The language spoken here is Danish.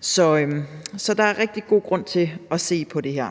Så der er rigtig god grund til at se på det her.